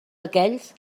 aquells